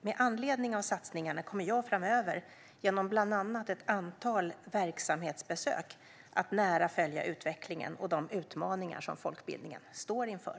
Med anledning av satsningarna kommer jag framöver, genom bland annat ett antal verksamhetsbesök, att nära följa utvecklingen och de utmaningar som folkbildningen står inför.